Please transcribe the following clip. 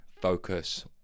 focus